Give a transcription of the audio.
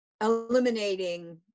eliminating